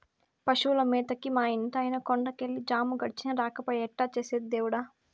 పశువుల మేతకి మా ఇంటాయన కొండ కెళ్ళి జాము గడిచినా రాకపాయె ఎట్టా చేసేది దేవుడా